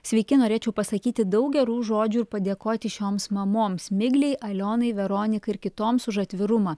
sveiki norėčiau pasakyti daug gerų žodžių ir padėkoti šioms mamoms miglei alionai veronikai ir kitoms už atvirumą